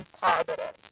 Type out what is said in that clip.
positive